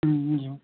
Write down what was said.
ज्यू